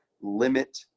limit